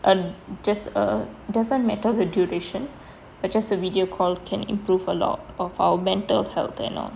and just uh doesn't matter the duration but just a video call can improve a lot of our mental health and all